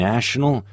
National